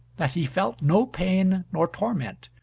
that he felt no pain nor torment,